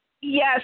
Yes